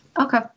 Okay